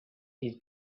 his